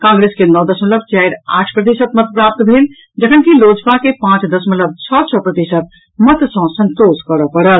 कांग्रेस के नओ दशमल चारि आठि प्रतिशत मत प्राप्त भेल जखनकि लोजपा के पांच दशमलव छओ छओ प्रतिशत मत सॅ संतोष करऽ परल